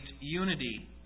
unity